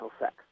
sex